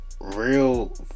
real